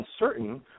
uncertain